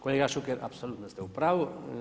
Kolega Šuker, apsolutno ste u pravu.